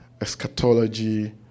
eschatology